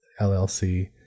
LLC